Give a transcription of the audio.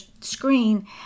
screen